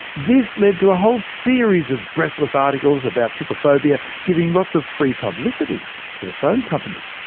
this led to a whole series of breathless articles about trypophobia, giving lots of free publicity to the phone company.